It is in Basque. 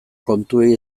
kontuei